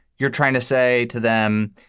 you're trying to say to them,